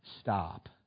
stop